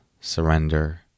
surrender